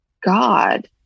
God